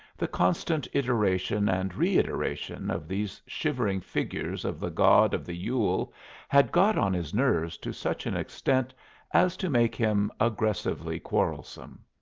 the constant iteration and reiteration of these shivering figures of the god of the yule had got on his nerves to such an extent as to make him aggressively quarrelsome.